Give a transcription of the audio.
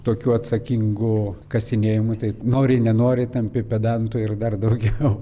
tokiu atsakingu kasinėjimu tai nori nenori tampi pedantu ir dar daugiau